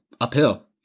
uphill